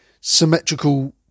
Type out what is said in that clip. symmetrical